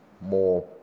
more